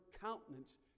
countenance